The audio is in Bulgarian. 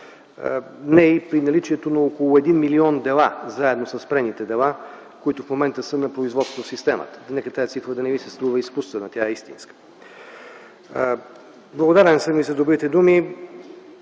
не и при наличието на около един милион дела, заедно със спрените дела, които в момента са на производство в системата. Нека тази цифра да не Ви се струва изкуствена, тя е истинска. Благодарен съм и за добрите думи.